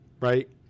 right